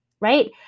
right